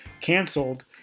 canceled